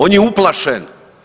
On je uplašen!